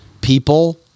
people